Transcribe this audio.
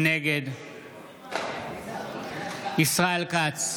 נגד ישראל כץ,